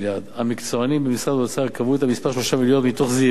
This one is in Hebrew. המקצוענים במשרד האוצר קבעו את המספר 3 מיליארד מתוך זהירות,